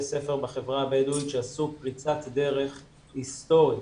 ספר בחברה הבדואית שעשו פריצת דרך היסטורית